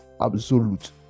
absolute